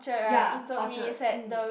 ya Orchard mm